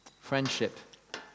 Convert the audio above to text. friendship